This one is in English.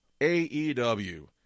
AEW